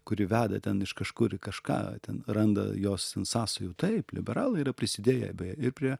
kuri veda ten iš kažkur į kažką ten randa jos sąsajų taip liberalai yra prisidėję ir prie